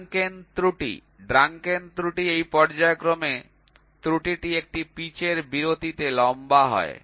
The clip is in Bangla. ড্রাঙ্কেন ত্রুটি ড্রাঙ্কেন ত্রুটি এই পর্যায়ক্রমে ত্রুটিটি একটি পিচের বিরতিতে লম্বা হয়